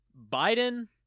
Biden